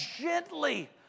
gently